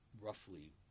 roughly